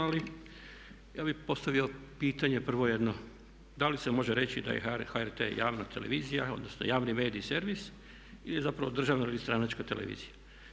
Ali ja bih postavio pitanje prvo jedno, da li se može reći da je HRT javna televizija, odnosno javni medij i servis ili zapravo državna ili stranačka televizija.